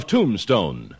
Tombstone